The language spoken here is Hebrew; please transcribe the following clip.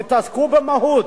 תתעסקו במהות.